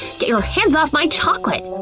get your hands off my chocolate!